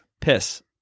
Piss